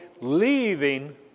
leaving